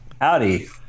howdy